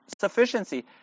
sufficiency